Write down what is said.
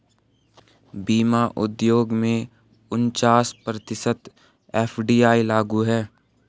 बीमा उद्योग में उनचास प्रतिशत एफ.डी.आई लागू है